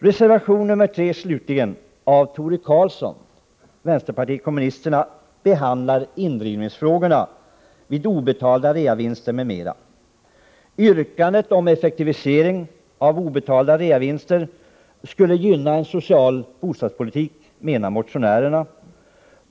Reservation 3, slutligen, av Tore Claeson från vänsterpartiet kommunisterna behandlar frågor om indrivning av obetalda reavinstskatter m.m. Yrkandet om effektivisering av indrivningen av obetalda skatter på reavinster skulle gynna en social bostadspolitik, menar motionärerna.